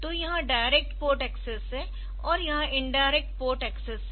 तो यह direct port access है और यह इनडायरेक्ट पोर्ट एक्सेस है